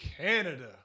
Canada